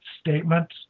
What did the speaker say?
statements